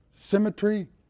symmetry